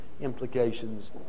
implications